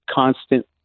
constant